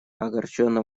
огорченно